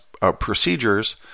procedures